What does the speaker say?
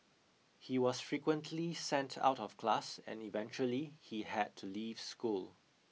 he was frequently sent out of class and eventually he had to leave school